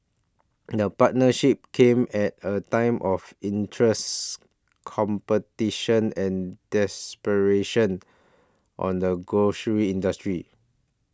the partnership came at a time of interests competition and desperation on the grocery industry